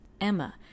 Emma